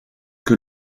que